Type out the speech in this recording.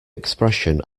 expression